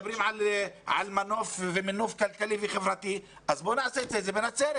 על מינוף כלכלי וחברתי אז בואו נעשה את זה בנצרת.